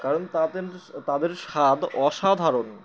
কারণ তাদের তাদের স্বাদ অসাধারণ